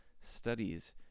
Studies